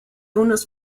unos